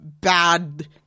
bad